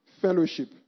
fellowship